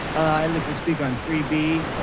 i like to speak on three b.